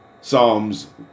Psalms